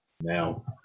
Now